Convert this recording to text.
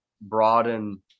broaden